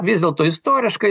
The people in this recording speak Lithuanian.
vis dėlto istoriškai